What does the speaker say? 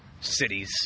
cities